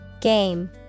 Game